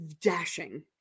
dashing